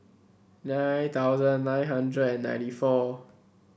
nine thousand nine hundred and ninety four